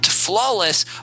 flawless